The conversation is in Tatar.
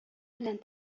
белән